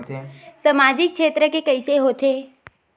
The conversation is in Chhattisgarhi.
सामजिक क्षेत्र के कइसे होथे?